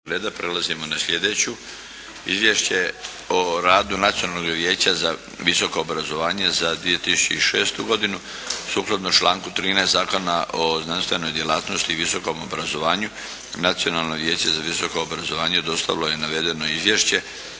Predlagatelj: Nacionalno vijeće za visoko obrazovanje Sukladno članku 13. Zakona o znanstvenoj djelatnosti i visokom obrazovanju Nacionalno vijeće za visoko obrazovanje dostavilo je navedeno izvješće.